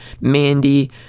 Mandy